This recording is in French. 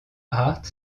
hart